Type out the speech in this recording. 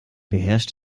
beherrscht